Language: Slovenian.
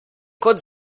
kot